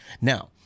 Now